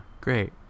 Great